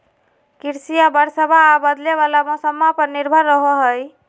कृषिया बरसाबा आ बदले वाला मौसम्मा पर निर्भर रहो हई